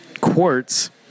Quartz